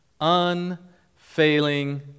unfailing